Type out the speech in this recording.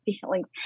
feelings